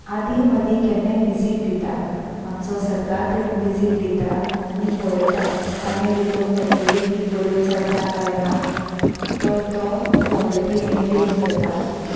आदी मदीं केन्नाय विजीट दिता आमचो सरकार थंय विजीट दिता आनी पळयता ताणें दिल्ल्यो फेसिलिटी बऱ्यो चलता कायां ना तर तो क्वॉलिटी मेनटेन करता